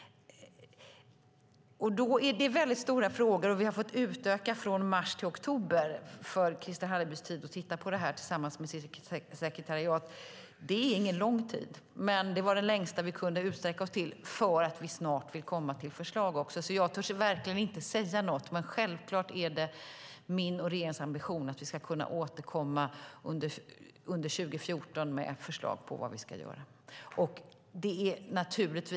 Det är stora frågor, och vi har fått utöka Christer Hallerbys tid att titta på det här tillsammans med sitt sekretariat från mars till oktober. Det är ingen lång tid, men det var så långt vi kunde sträcka oss, eftersom vi snart vill komma till förslag. Jag törs verkligen inte säga något exakt, men självklart är det min och regeringens ambition att vi ska kunna återkomma under 2014 med förslag på vad vi ska göra.